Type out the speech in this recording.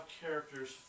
characters